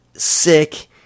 sick